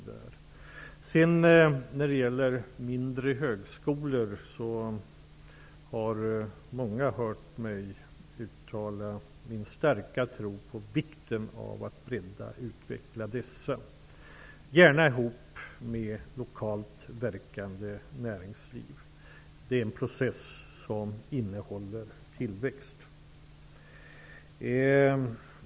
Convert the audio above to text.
När det sedan gäller mindre högskolor vill jag säga att många har hört mig uttala min starka tro på vikten av att dessa breddas och utvecklas, gärna tillsammans med ett lokalt verksamt näringsliv. Det är en process som ger tillväxt.